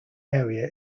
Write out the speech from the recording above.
area